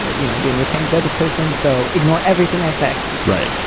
you know, being retained by this person. so ignore everything i say right.